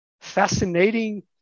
fascinating